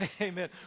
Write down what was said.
amen